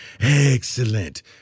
excellent